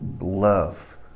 love